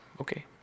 Okay